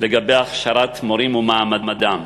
לגבי הכשרת מורים ומעמדם.